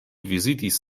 vizitis